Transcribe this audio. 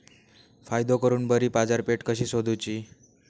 फायदो करून बरी बाजारपेठ कशी सोदुची?